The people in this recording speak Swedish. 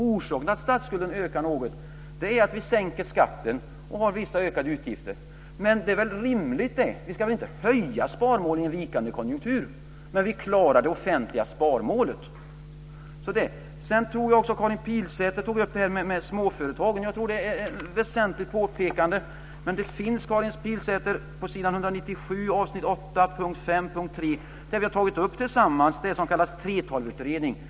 Orsaken till att statsskulden ökar något är att vi sänker skatten och har vissa ökade utgifter. Men det är väl rimligt? Vi ska väl inte höja sparmålen i en vikande konjunktur? Men vi klarar det offentliga sparmålet. Sedan tror jag också att Karin Pilsäter tog upp småföretagen. Jag tror att det är ett väsentligt påpekande. Men det finns, Karin Pilsäter, ställen - s. 197, avsnitt 8, punkt 3 och 5 - där vi tillsammans har tagit upp det som kallas 3:12-utredning.